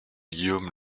guillaume